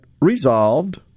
resolved